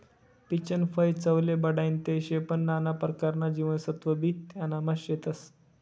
पीचनं फय चवले बढाईनं ते शे पन नाना परकारना जीवनसत्वबी त्यानामा शेतस